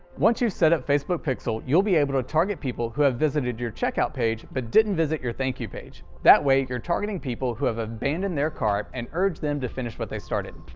once you've set up facebook pixel, you'll be able to target people who have visited your checkout page, but didn't visit your thank you page. that way, you're targeting people who have abandoned their cart and urge them to finish what they started.